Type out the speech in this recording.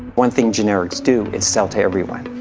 one thing generics do is sell to everyone,